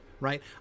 right